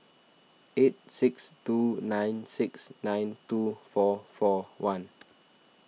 eight six two nine six nine two four four one